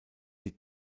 die